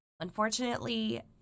Unfortunately